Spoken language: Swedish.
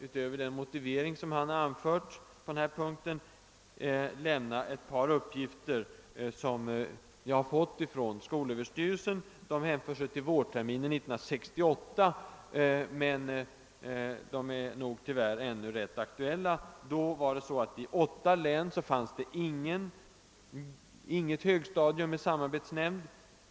Utöver den motivering som herr Gustafsson anfört på denna punkt vill jag bara lämna ett par uppgifter som jag fått från skolöverstyrelsen. De hänför sig till vårterminen 1968 men de är nog tyvärr ännu rätt aktuella. Det fanns vårterminen 1968 i åtta län inget högstadium med samarbetsnämnd.